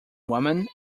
woman